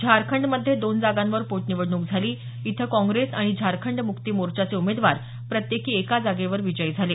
झारखंडमध्ये दोन जागांवर पोटनिवडणूक झाली इथं काँप्रेस आणि झारखंड मुक्ती मोर्चाचे उमेदवार प्रत्येकी एका जागेवर विजयी झाले